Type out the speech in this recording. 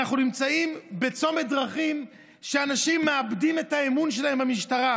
אנחנו נמצאים בצומת דרכים שבו אנשים מאבדים את האמון שלהם במשטרה.